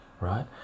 right